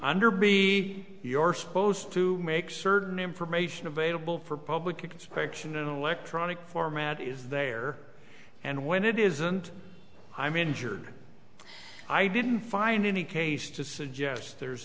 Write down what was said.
under b your supposed to make certain information available for public purchase and electronic format is there and when it isn't i'm injured i didn't find any case to suggest there's